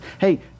hey